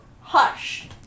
hush